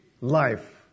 life